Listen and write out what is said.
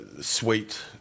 sweet